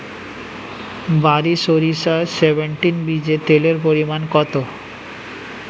বারি সরিষা সেভেনটিন বীজে তেলের পরিমাণ কত?